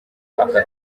aka